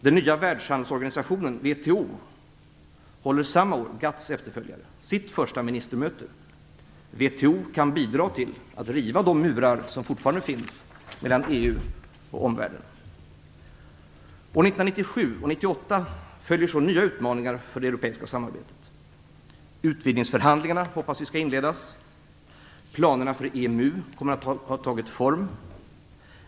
Den nya världshandelsorganisationen WTO - GATT:s efterföljare håller samma år sitt första ministermöte. WTO kan bidra till att riva de murar som fortfarande finns mellan EU och omvärlden. År 1997 och 1998 följer så nya utmaningar för det europeiska samarbetet. Vi hoppas att utvidgningsförhandlingarna skall inledas. Planerna för EMU kommer att ha tagit form.